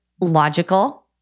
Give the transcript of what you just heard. logical